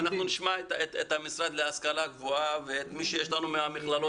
אנחנו נשמע את המשרד להשכלה גבוהה ואת מי שיש לנו מהמכללות.